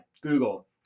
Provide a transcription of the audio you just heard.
Google